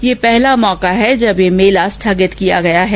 यह पहला अवसर है जब यह मेला स्थगित किया गया है